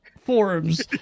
forums